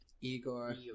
Igor